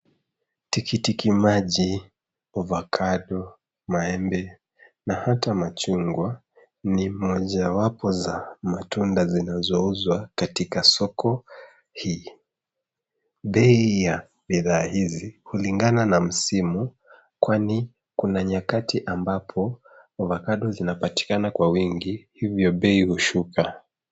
Tikitiki maji, oakado, maembe na ata machungwa ni mojawapo za matunda zinazouzwa katika soko hii. Bei ya bidhaa hizi hulingana na msimu kwani kuna nyakati ambapo ovakado hupatikana kwa wingi, hivyo bei hushuka.